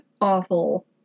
awful